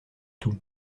tout